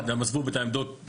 עזבו את העמדות שלהם?